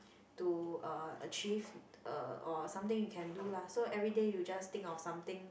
to uh achieve uh or something you can do lah so everyday you just think of something